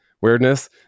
weirdness